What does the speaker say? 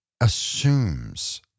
assumes